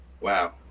Wow